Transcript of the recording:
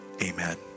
Amen